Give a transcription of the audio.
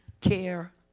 care